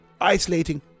isolating